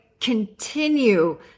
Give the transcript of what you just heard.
continue